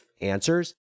answers